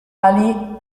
ali